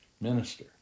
minister